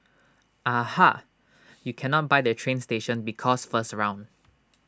aha you cannot buy the train station because first round